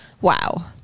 Wow